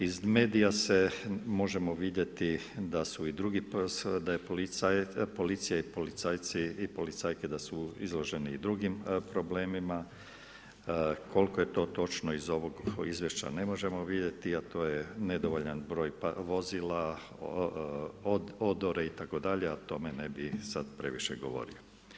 Iz medija možemo vidjeti da je policija, policajci i policajke da su izloženi i drugim problemima, koliko je to točno iz ovog izvješće ne možemo vidjeti, a to ne nedovoljan broj vozila, odore itd., a o tome ne bi sada previše govorio.